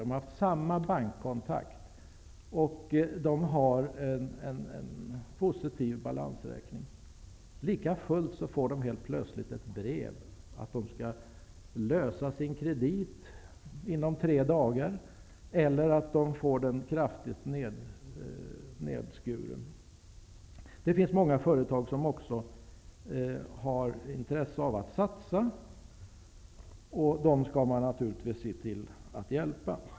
De har haft samma bankkontakt hela tiden, och de har en positiv balansräkning. Lika fullt får de helt plötsligt brev om att de skall lösa sin kredit inom tre dagar eller att de får den kraftigt nedskuren. Många företag har intresse av att satsa, och dem skall man naturligtvis se till att hjälpa.